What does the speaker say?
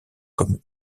comme